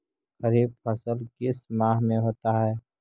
खरिफ फसल किस माह में होता है?